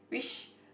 which